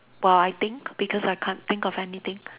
while I think because I can't think of anything